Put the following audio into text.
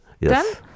yes